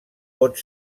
pot